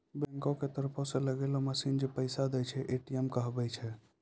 बैंको के तरफो से लगैलो मशीन जै पैसा दै छै, ए.टी.एम कहाबै छै